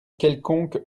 quelconque